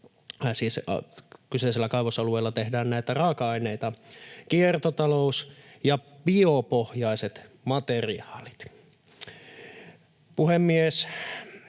siis kyseisellä kaivosalueella tehdään näitä raaka-aineita — kiertotalous ja biopohjaiset materiaalit. Puhemies!